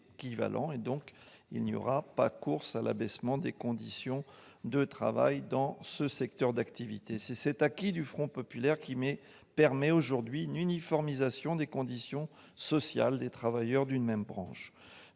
donc pas de course à l'abaissement des conditions de travail dans ce secteur d'activité. C'est cet acquis du Front populaire qui a contribué à l'uniformisation actuelle des conditions sociales des travailleurs d'une même branche.